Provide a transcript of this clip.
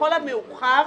לכל המאוחר,